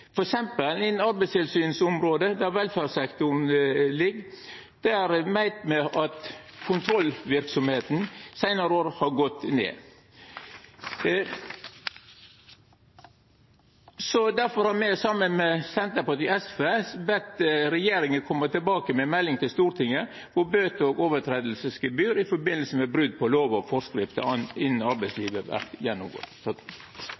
innan arbeidstilsynsområdet, der velferdssektoren ligg, veit me at kontrollverksemda dei seinare åra har gått ned. Difor har me, saman med Senterpartiet og SV, bedt regjeringa koma tilbake med melding til Stortinget der bøter og lovbrotsgebyr i samband med brot på lover og forskrifter innan